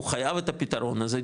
הוא חייב את הפתרון הזה,